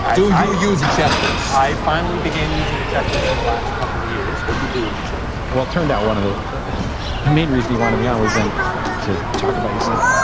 do you use a checklist? i finally began using a checklist in the last couple of years what do you do with the checklist? well, it turned out one of the the main reason he wanted me on was then to talk about he said,